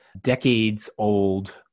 decades-old